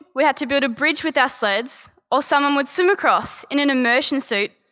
we had to build a bridge with our sleds, or someone would swim across in an immersion suit,